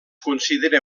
considera